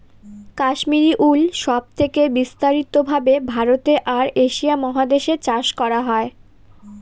Kashmiri wool সব থেকে বিস্তারিত ভাবে ভারতে আর এশিয়া মহাদেশে চাষ করা হয়